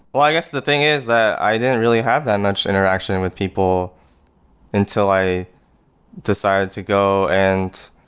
i guess the thing is that i didn't really have that much interaction with people until i decided to go. and